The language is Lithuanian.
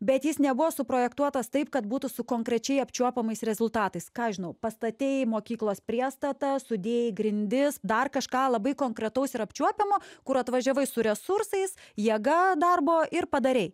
bet jis nebuvo suprojektuotas taip kad būtų su konkrečiai apčiuopiamais rezultatais ką aš žinau pastatei mokyklos priestatą sudėjai grindis dar kažką labai konkretaus ir apčiuopiamo kur atvažiavai su resursais jėga darbo ir padarei